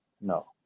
No